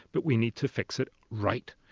but we need to fix it right.